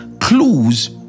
clues